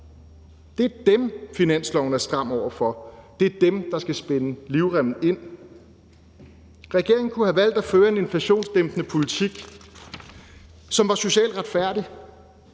Det er dem, finanslovsforslaget er stram over for, det er dem, der skal spænde livremmen ind. Regeringen kunne have valgt at føre en inflationsdæmpende politik, som var socialt retfærdig,